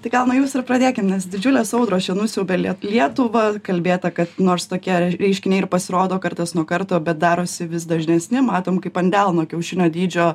tai gal nuo jūsų ir pradėkim nes didžiulės audros čia nusiaubė lietuvą kalbėta kad nors tokie reiškiniai ir pasirodo kartas nuo karto bet darosi vis dažnesni matom kaip ant delno kiaušinio dydžio